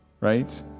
right